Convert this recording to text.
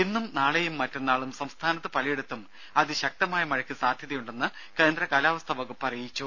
ഇന്നും നാളെയും മറ്റന്നാളും സംസ്ഥാനത്ത് പലയിടത്തും അതി ശക്തമായ മഴയ്ക്ക് സാധ്യതയുണ്ടെന്നും കേന്ദ്ര കാലാവസ്ഥാ വകുപ്പ് അറിയിച്ചു